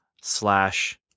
slash